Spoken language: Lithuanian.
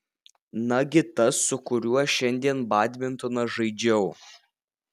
nagi tas su kuriuo šiandien badmintoną žaidžiau